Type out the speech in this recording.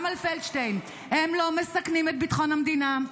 על פלדשטיין: הם לא מסכנים את ביטחון המדינה.